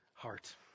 Heart